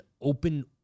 open